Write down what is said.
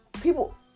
people